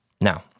Now